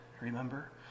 remember